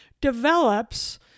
develops